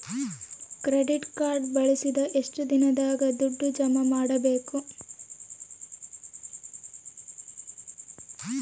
Credit card ಬಳಸಿದ ಎಷ್ಟು ದಿನದಾಗ ದುಡ್ಡು ಜಮಾ ಮಾಡ್ಬೇಕು?